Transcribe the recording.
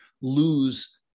lose